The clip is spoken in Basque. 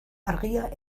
argia